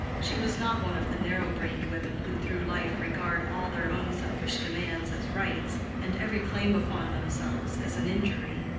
she was not one of the narrow-brained women who through life regard all their own selfish demands as rights, and every claim upon themselves as an injury.